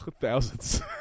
thousands